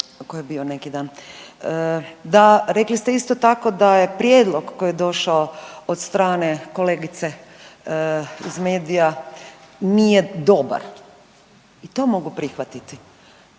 da je prijedlog koji je došao od strane kolegice iz medija nije dobar. I to mogu prihvatiti.